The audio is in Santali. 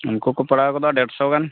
ᱩᱱᱠᱩ ᱠᱚ ᱯᱟᱲᱟᱣ ᱜᱚᱫᱚᱜᱼᱟ ᱰᱮᱲᱥᱚ ᱜᱟᱱ